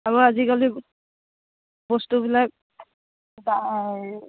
আৰু আজিকালি বস্তুবিলাক দাম